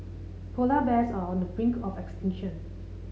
polar bears are on the brink of extinction